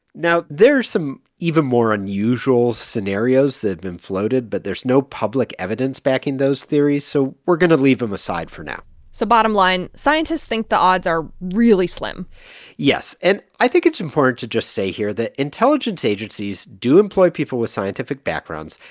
now, there are some even more unusual scenarios that have been floated, but there's no public evidence backing those theories, so we're going to leave them aside for now so bottom line, scientists think the odds are really slim yes. and i think it's important to just say here that intelligence agencies do employ people with scientific backgrounds.